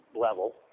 level